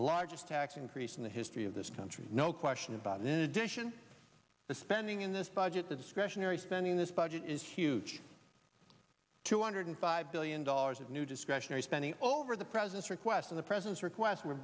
largest tax increase in the history of this country no question about it in addition the spending in this budget the discretionary spending this budget is huge two hundred five billion dollars of new discretionary spending over the president's request of the president's request were